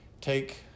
take